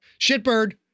Shitbird